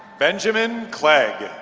benjamin clegg.